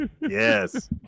yes